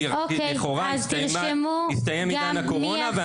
כי לכאורה הסתיים עידן הקורונה.